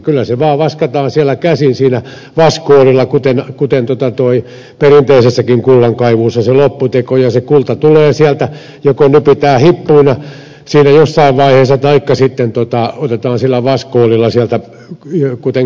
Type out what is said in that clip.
kyllä se lopputeko vaan vaskataan siellä käsin vaskoolilla kuten perinteisessäkin kullankaivuussa ja kulta joko nypitään hippuina siinä jossain vaiheessa taikka sitten otetaan vaskoolilla sieltä kuten kullankaivaja ed